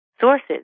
sources